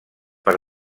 per